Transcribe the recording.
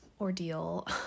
ordeal